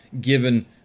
given